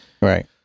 Right